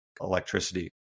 electricity